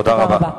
תודה רבה.